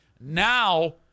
Now